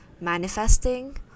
manifesting